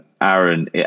Aaron